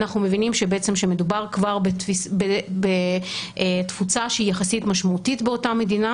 אנחנו מבינים שמדובר כבר בתפוצה שהיא יחסית משמעותית באותה מדינה,